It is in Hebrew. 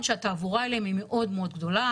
שהתעבורה אליהן היא מאוד-מאוד גדולה,